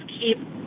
keep